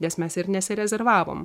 nes mes ir nesirezervavom